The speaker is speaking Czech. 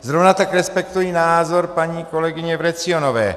Zrovna tak respektuji názor paní kolegyně Vrecionové.